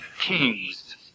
Kings